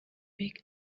big